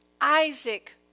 Isaac